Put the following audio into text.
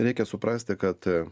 reikia suprasti kad